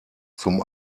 zum